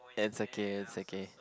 it's okay it's okay